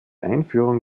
einführung